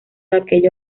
aquello